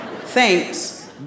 thanks